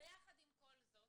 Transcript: יחד עם כל זאת,